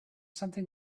something